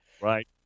right